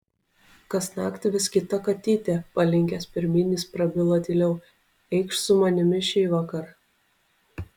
kasnakt vis kita katytė palinkęs pirmyn jis prabilo tyliau eikš su manimi šįvakar